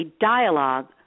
dialogue